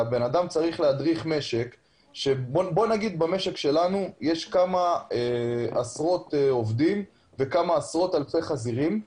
במשק שלנו למשל יש כמה עשרות עובדים וכמה עשרות אלפי חזירים.